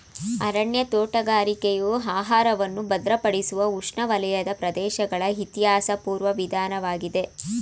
ಅರಣ್ಯ ತೋಟಗಾರಿಕೆಯು ಆಹಾರವನ್ನು ಭದ್ರಪಡಿಸುವ ಉಷ್ಣವಲಯದ ಪ್ರದೇಶಗಳ ಇತಿಹಾಸಪೂರ್ವ ವಿಧಾನವಾಗಿದೆ